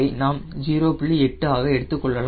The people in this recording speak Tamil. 8 ஆக எடுத்துக்கொள்ளலாம்